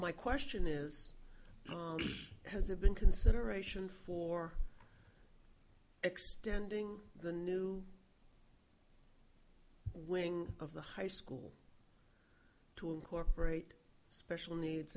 my question is has there been consideration for extending the new wing of the high school to incorporate special needs